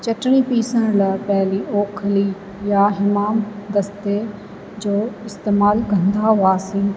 चटिणी पीसण लाइ पहिरीं ओखिली या हमाम दस्ते जो इस्तेमालु कंदा हुआसीं